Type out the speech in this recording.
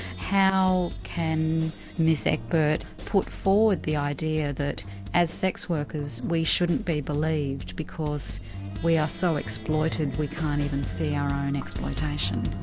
how can miss ekberg put forward the idea that as sex workers we shouldn't be believed because we are so exploited we can't even see our own exploitation.